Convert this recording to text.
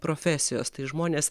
profesijos tai žmonės